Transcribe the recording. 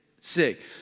sick